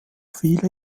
viele